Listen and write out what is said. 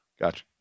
Gotcha